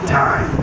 time